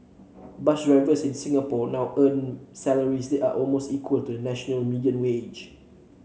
bus drivers in Singapore now earn salaries that are almost equal to the national median wage